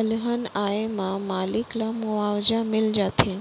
अलहन आए म मालिक ल मुवाजा मिल जाथे